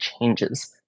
changes